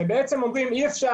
שאומרים: אי-אפשר,